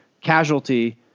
casualty